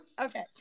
Okay